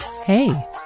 Hey